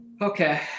okay